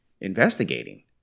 investigating